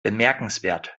bemerkenswert